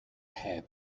have